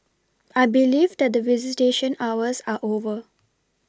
I believe that the visitation hours are over